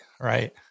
Right